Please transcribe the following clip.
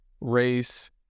Race